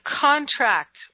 contract